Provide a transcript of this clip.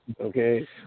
Okay